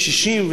קשישים,